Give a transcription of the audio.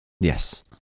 Yes